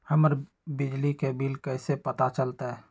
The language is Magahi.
हमर बिजली के बिल कैसे पता चलतै?